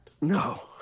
No